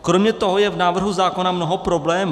Kromě toho je v návrhu zákona mnoho problémů.